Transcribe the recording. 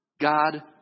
God